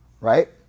right